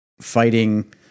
fighting